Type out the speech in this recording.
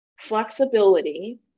flexibility